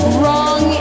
wrong